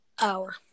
hour